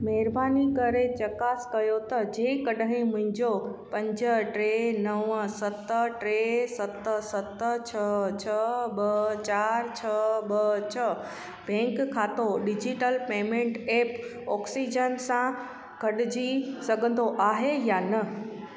महरबानी करे चकास कयो त जेकॾहिं मुंहिंजो पंज टे नव सत टे सत सत छह छह ॿ चारि छह ॿ छह बैंक ख़ातो डिजिटल पेमेंट ऐप ऑक्सीजन सां ॻंढिजी सघंदो आहे या न